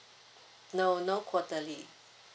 no no quarterly